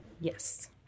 Yes